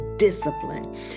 discipline